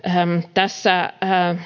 tässä